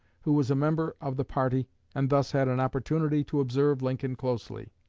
who was a member of the party and thus had an opportunity to observe lincoln closely.